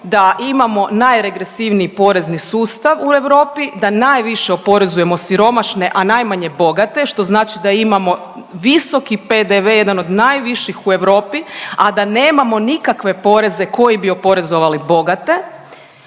da imamo najregresivniji porezni sustav u Europi, da najviše oporezujemo siromašne, a najmanje bogate što znači da imamo visoki PDV, jedan od najviših u Europi, a da nemamo nikakve poreze koji bi oporezovali bogate.